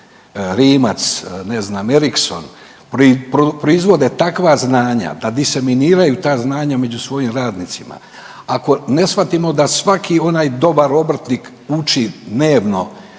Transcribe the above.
Rimac, ne znam Ericsson proizvode takva znanja da diseminiraju ta znanja među svojim radnicima, ako ne shvatimo da svaki onaj dobar obrtnik uči dnevno